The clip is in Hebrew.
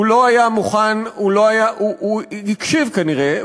הוא הקשיב כנראה,